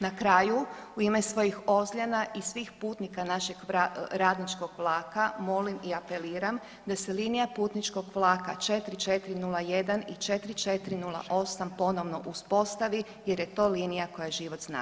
Na kraju, u ime svojih Ozljana i svih putnika našeg radničkog vlaka molim i apeliram da se linija putničkog vlaka 4401 i 4408 ponovno uspostavi jer je to linija koja život znači.